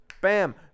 bam